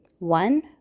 One